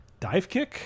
Divekick